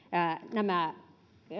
nämä